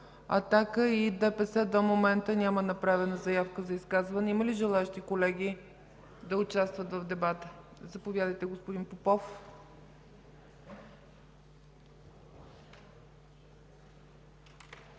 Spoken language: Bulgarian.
„Атака” и ДПС до момента няма направена заявка за изказвания. Има ли желаещи колеги да участват в дебата? Заповядайте, господин Попов. ФИЛИП